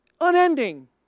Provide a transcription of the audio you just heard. unending